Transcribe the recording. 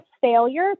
failure